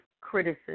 criticism